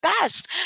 best